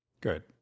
good